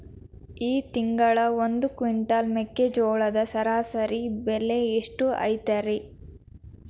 ಈ ತಿಂಗಳ ಒಂದು ಕ್ವಿಂಟಾಲ್ ಮೆಕ್ಕೆಜೋಳದ ಸರಾಸರಿ ಬೆಲೆ ಎಷ್ಟು ಐತರೇ?